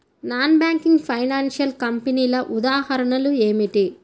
Non banking financial కంపెనీల ఉదాహరణలు ఏమిటి?